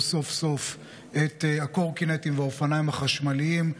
סוף-סוף את הקורקינטים והאופניים החשמליים,